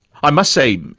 i must say,